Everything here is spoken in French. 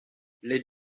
les